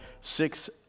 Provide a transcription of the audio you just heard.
Six